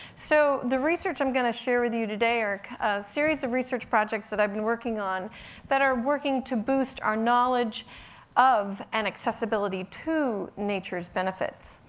so the research i'm gonna share with you today are a series of research projects that i've been working on that are working to boost our knowledge of and accessibility to nature's benefits.